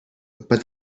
but